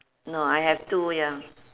no I have two ya